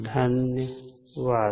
धन्यवाद